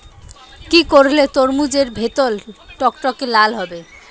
কি করলে তরমুজ এর ভেতর টকটকে লাল হবে?